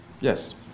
Yes